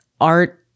art